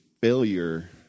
failure